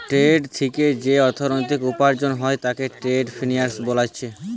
trade থিকে যেই অর্থনীতি উপার্জন হয় তাকে ট্রেড ফিন্যান্স বোলছে